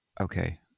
Okay